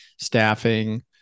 staffing